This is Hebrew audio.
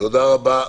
תודה רבה.